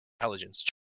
intelligence